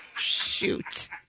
Shoot